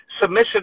submission